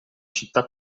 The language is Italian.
città